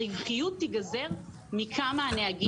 הרווחיות תיגזר מכמה הנהגים ישלמו.